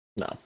no